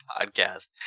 podcast